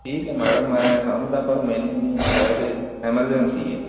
ਠੀਕ ਹੈ ਮੈਡਮ ਮੈਂ ਸਮਝਦਾ ਪਰ ਮੈਨੂੰ ਵੈਸੇ ਐਮਰਜੰਸੀ ਹੈ